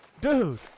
Dude